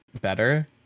better